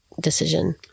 decision